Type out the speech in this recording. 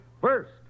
First